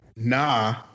Nah